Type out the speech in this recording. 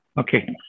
Okay